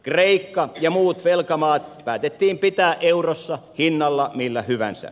kreikka ja muut velkamaat päätettiin pitää eurossa hinnalla millä hyvänsä